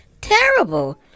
terrible